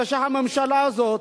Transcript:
כאשר הממשלה הזאת,